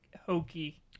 hokey